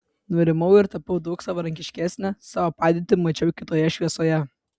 nurimau ir tapau daug savarankiškesnė savo padėtį mačiau kitoje šviesoje